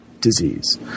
Disease